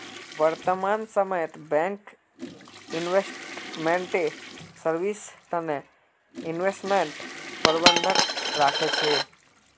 वर्तमान समयत bank investment service तने इन्वेस्टमेंट प्रबंधक राखे छे